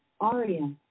Aria